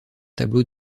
tableau